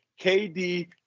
KD